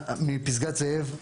מפסגת זאב,